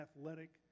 Athletic